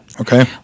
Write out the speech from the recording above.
okay